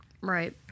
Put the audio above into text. Right